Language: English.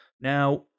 Now